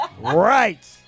Right